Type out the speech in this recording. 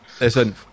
Listen